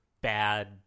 bad